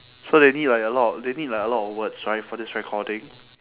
so they need like a lot of they need like a lot of words right for this recording